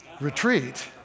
retreat